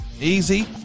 easy